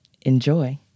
Enjoy